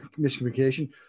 miscommunication